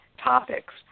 topics